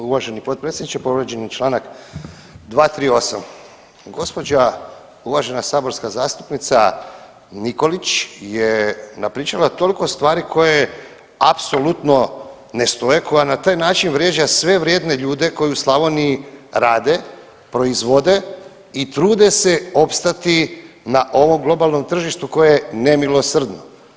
Uvaženi potpredsjedniče povrijeđen je Članak 238., gospođa uvažena saborska zastupnica Nikolić je napričala toliko stvari koje apsolutno ne stoje, koja na taj način vrijeđa sve vrijedne ljude koji u Slavoniji rade, proizvode i trude se opstati na ovom globalnom tržištu koje je nemilosrdno.